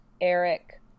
Eric